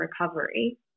recovery